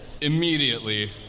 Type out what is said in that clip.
Immediately